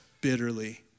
bitterly